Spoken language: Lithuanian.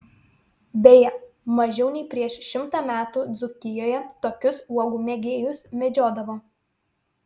beje mažiau nei prieš šimtą metų dzūkijoje tokius uogų mėgėjus medžiodavo